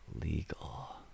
legal